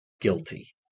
guilty